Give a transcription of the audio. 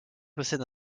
possède